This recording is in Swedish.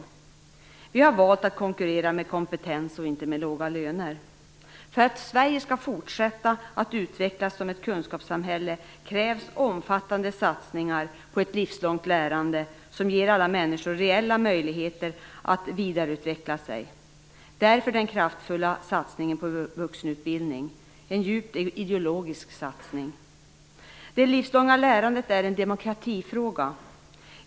I Sverige har vi valt att konkurrera med kompetens och inte med låga löner. För att Sverige skall fortsätta att utvecklas som ett kunskapssamhälle krävs omfattande satsningar på ett livslångt lärande som ger alla människor reella möjligheter att vidareutvecklas. Därför vill vi socialdemokrater göra den kraftfulla satsningen på vuxenutbildning. Det är en djupt ideologiskt satsning. Det livslånga lärandet är en demokratifråga.